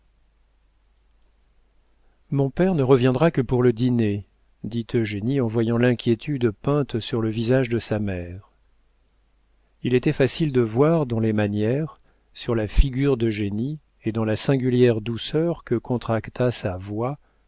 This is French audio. mon père ne reviendra que pour le dîner dit eugénie en voyant l'inquiétude peinte sur le visage de sa mère il était facile de voir dans les manières sur la figure d'eugénie et dans la singulière douceur qui contracta sa voix